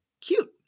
Cute